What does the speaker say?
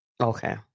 Okay